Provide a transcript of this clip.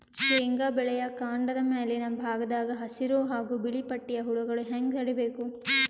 ಶೇಂಗಾ ಬೆಳೆಯ ಕಾಂಡದ ಮ್ಯಾಲಿನ ಭಾಗದಾಗ ಹಸಿರು ಹಾಗೂ ಬಿಳಿಪಟ್ಟಿಯ ಹುಳುಗಳು ಹ್ಯಾಂಗ್ ತಡೀಬೇಕು?